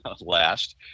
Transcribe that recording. last